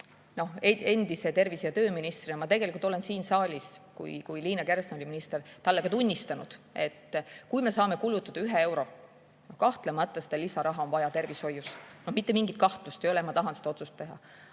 endise tervise‑ ja tööministrina ma tegelikult olen siin saalis, kui Liina Kersna oli minister, talle ka tunnistanud, et kui me saame kulutada ühe euro, siis kahtlemata seda lisaraha on vaja tervishoius, mitte mingit kahtlust ei ole, ma tahan seda otsust teha.